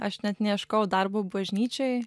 aš net neieškojau darbo bažnyčioj